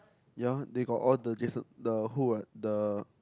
ya they got all the Jason the who what the